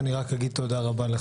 אני רק אגיד לך תודה,